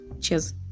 cheers